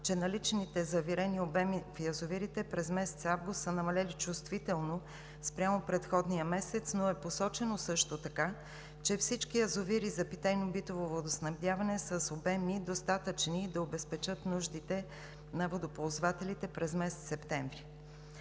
че наличните завирени обеми в язовирите през месец август са намалели чувствително спрямо предходния месец, но е посочено също така, че всички язовири за питейно-битово водоснабдяване са с обеми, достатъчни да обезпечат нуждите на водоползвателите през месец септември.